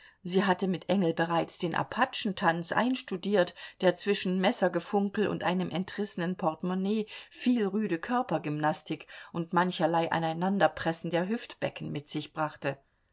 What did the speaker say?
sie hatte mit engel bereits den apachentanz einstudiert der zwischen messergefunkel und einem entrissenen portemonnaie viel rüde körpergymnastik und mancherlei aneinanderpressen der hüftbecken mit sich brachte